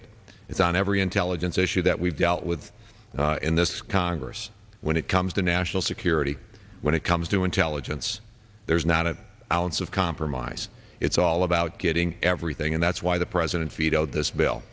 it it's on every intelligence issue that we've dealt with in this congress when it comes to national security when it comes to intelligence there's not a balance of compromise it's all about getting everything and that's why the president veto this bill